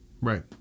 Right